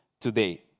today